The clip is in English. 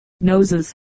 noses